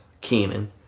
Keenan